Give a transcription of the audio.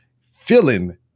feeling